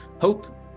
hope